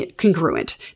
congruent